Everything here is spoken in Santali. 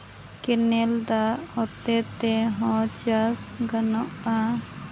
ᱠᱮᱱᱮᱞ ᱫᱟᱜ ᱦᱚᱛᱮᱡ ᱛᱮᱦᱚᱸ ᱪᱟᱥ ᱜᱟᱱᱚᱜᱼᱟ